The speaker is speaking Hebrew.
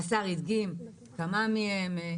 השר הדגים כמה מהם.